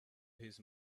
his